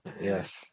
Yes